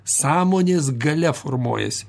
sąmonės galia formuojasi